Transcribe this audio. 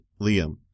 Liam